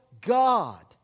God